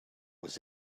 was